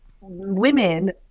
Women